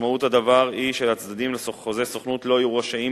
משמעות הדבר היא שהצדדים לחוזה סוכנות לא יהיו רשאים